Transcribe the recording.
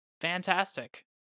Fantastic